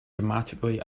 dramatically